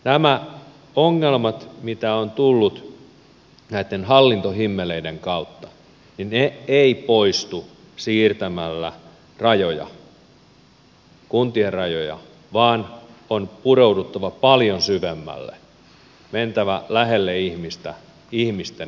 nämä ongelmat mitä on tullut näitten hallintohimmeleiden kautta eivät poistu siirtämällä kuntien rajoja vaan on pureuduttava paljon syvemmälle mentävä lähelle ihmistä ihmisten palveluja